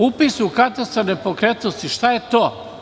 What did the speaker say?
Upis u Katastar nepokretnosti, šta je to?